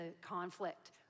conflict